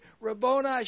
Rabboni